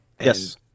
yes